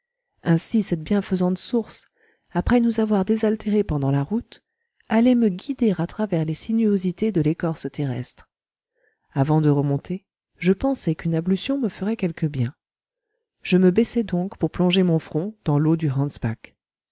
ainsi cette bienfaisante source après nous avoir désaltéré pendant la route allait me guider à travers les sinuosités de l'écorce terrestre avant de remonter je pensai qu'une ablution me ferait quelque bien je me baissai donc pour plonger mon front dans l'eau du